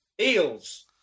Eels